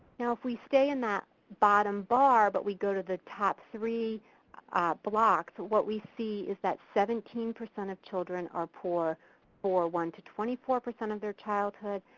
now, if we stay in that bottom bar but we go to the top three blocks, what we see is that seventeen percent of children are poor for one to twenty four percent of their childhood,